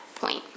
point